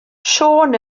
siôn